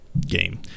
game